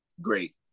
Great